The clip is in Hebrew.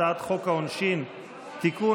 הצעת חוק העונשין (תיקון,